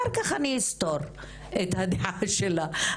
אחר כך אני אסתור את הדעה שלה,